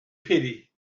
pity